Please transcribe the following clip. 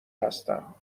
هستم